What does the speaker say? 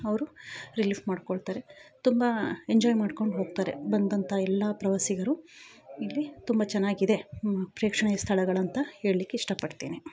ಅವರು ರಿಲೀಫ್ ಮಾಡ್ಕೊಳ್ತಾರೆ ತುಂಬ ಎಂಜಾಯ್ ಮಾಡ್ಕೊಂಡು ಹೋಗ್ತಾರೆ ಬಂದಂಥ ಎಲ್ಲ ಪ್ರವಾಸಿಗರು ಇಲ್ಲಿ ತುಂಬಾ ಚೆನ್ನಾಗಿದೆ ಪ್ರೇಕ್ಷಣೀಯ ಸ್ಥಳಗಳುಂತ ಹೇಳಲಿಕ್ಕೆ ಇಷ್ಟಪಡ್ತೇನೆ